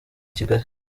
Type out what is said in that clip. kigali